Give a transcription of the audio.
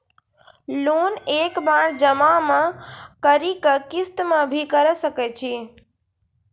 Loan एक बार जमा म करि कि किस्त मे भी करऽ सके छि?